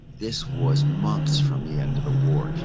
this was months from the end of the war.